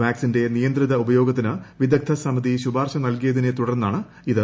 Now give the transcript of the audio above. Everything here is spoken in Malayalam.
വാക്സിന്റെ നിയന്ത്രിത ഉപയോഗത്തിന് വിദഗ്ദ്ധ സമിതി ശ്യൂപാർശ ്നൽകിയതിനെ തുടർന്നാണ് ഇത്